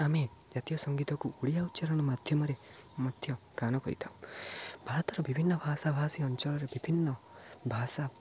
ଆମେ ଜାତୀୟ ସଙ୍ଗୀତକୁ ଓଡ଼ିଆ ଉଚ୍ଚାରଣ ମାଧ୍ୟମରେ ମଧ୍ୟ ଗାନ କରିଥାଉ ଭାରତର ବିଭିନ୍ନ ଭାଷା ଭାଷୀ ଅଞ୍ଚଳରେ ବିଭିନ୍ନ ଭାଷା